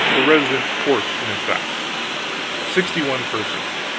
the resident court, in effect sixty-one persons